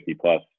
plus